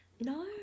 no